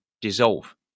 dissolve